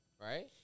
right